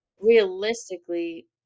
realistically